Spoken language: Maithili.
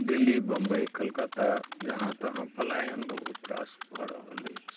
दिल्ली बम्बइ कलकत्ता जहाँ तहाँ पलायन बहुत रास भऽ रहल अछि